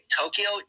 Tokyo